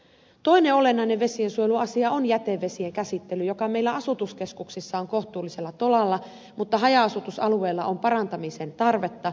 toinen olennainen vesiensuojeluasia on jätevesien käsittely joka meillä asutuskeskuksissa on kohtuullisella tolalla mutta haja asutusalueilla on parantamisen tarvetta